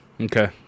Okay